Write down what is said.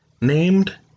Named